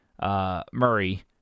Murray